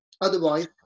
otherwise